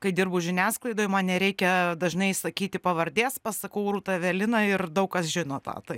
kai dirbu žiniasklaidoj man nereikia dažnai sakyti pavardės pasakau rūta evelina ir daug kas žino tą tai